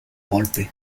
golpe